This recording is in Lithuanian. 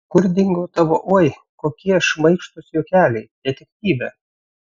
kur dingo tavo oi kokie šmaikštūs juokeliai detektyve